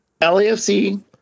LAFC